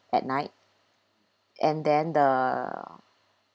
at night and then the